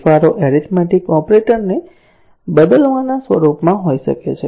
ફેરફારો એરીથમેટીક ઓપરેટરને બદલવાના સ્વરૂપમાં હોઈ શકે છે